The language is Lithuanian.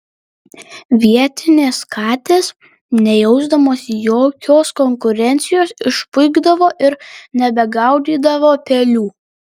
vietinės katės nejausdamos jokios konkurencijos išpuikdavo ir nebegaudydavo pelių